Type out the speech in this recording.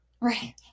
Right